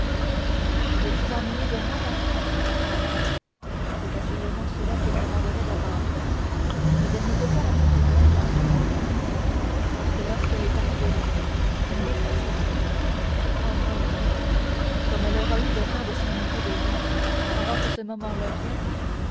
vous êtes-vous ennuyée de moi maria c'est assurément cela qu'il demandera d'abord mais elle ne peut pas aller plus loin dans son rêve parce que lorsqu'elle est arrivée là une détresse l'arrête oh mon dou comme elle aura eu le temps de s'ennuyer de lui avant que ce moment-là vienne